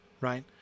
right